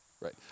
Right